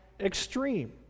extreme